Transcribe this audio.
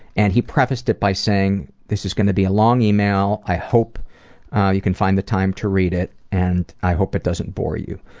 and he prefaced it by saying this is going to be a long email. i hope you can find the time to read it. and i hope it doesn't bore you.